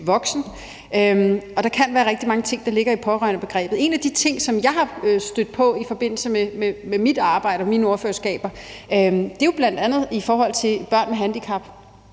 voksen. Der kan være rigtig mange ting, der ligger i pårørendebegrebet. En af de ting, som jeg er stødt på i forbindelse med mit arbejde og mine ordførerskaber, er bl.a. i forhold til børn med handicap.